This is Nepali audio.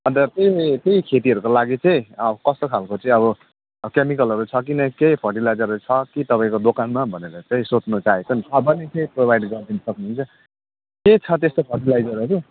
अन्त त्यही त्यही खेतीहरूको लागि चाहिँ गऱ्यो कस्तो खालको चाहिँ अब केमिकलहरू छ कि न केही फर्टिलाइजरहरू छ कि तपाईँको दोकानमा भनेर चाहिँ सोध्नु चाहेको नि छ भने त्यो प्रोभाइड गरिदिनु सक्नुहुन्छ के छ त्यस्तो फर्टिलाइजरहरू